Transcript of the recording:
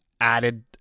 added